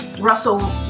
Russell